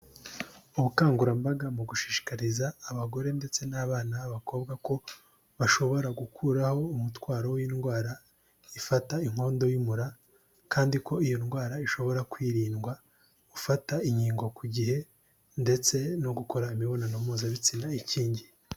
Ubukangurambaga mu gushishikariza abagore ndetse n'abana b'abakobwa ko bashobora gukuraho umutwaro w'indwara ifata inkondo y'umura kandi ko iyo ndwara ishobora kwirindwa, ufata inkingo ku gihe ndetse no gukora imibonano mpuzabitsina ikingiye.